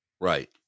Right